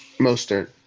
Mostert